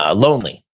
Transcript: ah lonely,